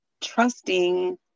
trusting